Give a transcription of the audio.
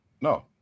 no